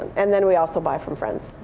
and then we also buy from friends.